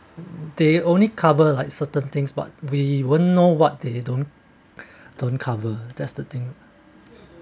they only cover like certain things but we won't know what they don't don't cover that's the thing